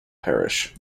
parish